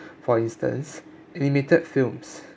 for instance animated films